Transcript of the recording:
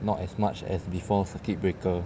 not as much as before circuit breaker